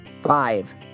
Five